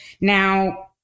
Now